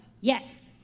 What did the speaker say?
yes